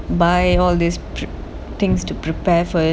buy all these things to prepare first